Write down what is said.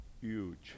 huge